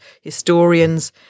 historians